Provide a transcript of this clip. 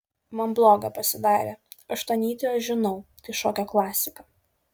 man bloga pasidarė aštuonnytį aš žinau tai šokio klasika